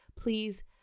please